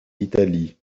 italie